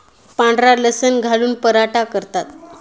पांढरा लसूण घालून पराठा करतात